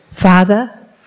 Father